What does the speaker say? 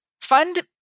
fund